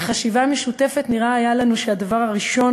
בחשיבה משותפת נראה היה לנו שהדבר הראשון